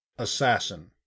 Assassin